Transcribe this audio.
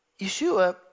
Yeshua